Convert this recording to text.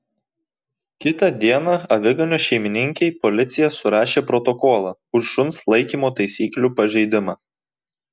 kitą dieną aviganio šeimininkei policija surašė protokolą už šuns laikymo taisyklių pažeidimą